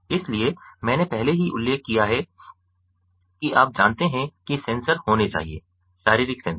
इसलिए मैंने पहले ही उल्लेख किया है कि आप जानते हैं कि सेंसर होने चाहिए शारीरिक सेंसर